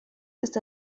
ist